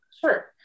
Sure